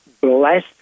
bless